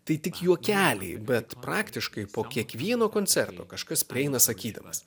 tai tik juokeliai bet praktiškai po kiekvieno koncerto kažkas prieina sakydamas